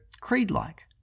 creed-like